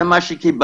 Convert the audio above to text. זה מה שקיבלנו.